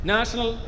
National